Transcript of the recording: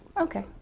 Okay